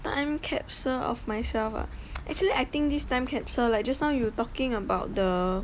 time capsule of myself ah actually I think this time capsule like just now you talking about the